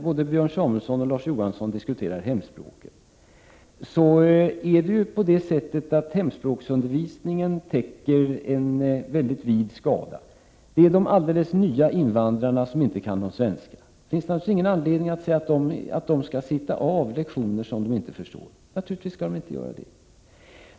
Både Björn Samuelson och Larz Johansson diskuterar ju hemspråksundervisningen. Men det är faktiskt så, att hemspråksundervisningen täcker in en mycket vid skala. När det gäller de alldeles nya invandrarna som inte kan någon svenska finns det naturligtvis ingen anledning att säga att de skall sitta av lektioner som de inte förstår någonting av. Självfallet skall de inte göra det.